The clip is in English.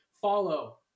Follow